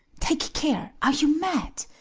take care! are you mad?